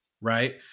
right